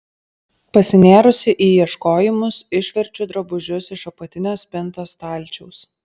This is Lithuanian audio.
pasinėrusi į ieškojimus išverčiu drabužius iš apatinio spintos stalčiaus